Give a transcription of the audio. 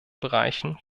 bereichen